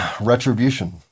retribution